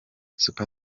super